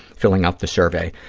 filling out the survey.